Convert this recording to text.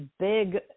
big